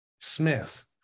smith